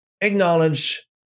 acknowledge